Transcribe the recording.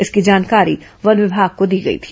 इसकी जानकारी वन विमाग को दी गई थी